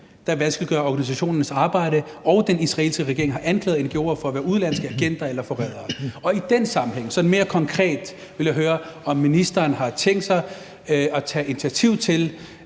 der vanskeliggør organisationernes arbejde, og at den israelske regering har anklaget ngo'er for at være udenlandske agenter eller forrædere. Og i den sammenhæng vil jeg sådan mere konkret høre, om ministeren har tænkt sig at tage initiativ til